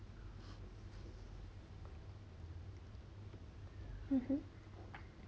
mmhmm